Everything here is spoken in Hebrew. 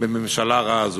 בממשלה רעה זו.